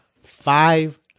five